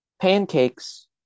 Pancakes